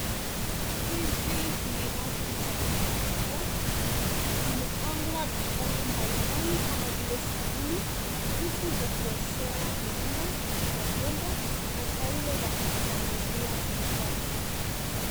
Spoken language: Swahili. Hizi ni rafu za duka kubwa. Zimepangwa bidhaa mbali mbali kama vile: sabuni, vitu vya kuoshea nyumba na vyombo na taulo za kujipanguzia mikono.